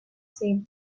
same